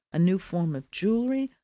a new form of jewellery,